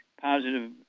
positive